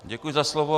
Děkuji za slovo.